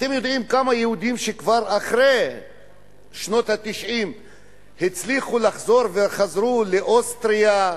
אתם יודעים כמה יהודים הצליחו כבר אחרי שנות ה-90 לחזור וחזרו לאוסטריה,